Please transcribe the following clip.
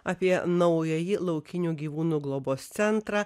apie naująjį laukinių gyvūnų globos centrą